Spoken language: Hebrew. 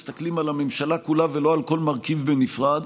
מסתכלים על הממשלה כולה ולא על כל מרכיב בנפרד,